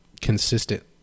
consistent